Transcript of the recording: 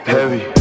Heavy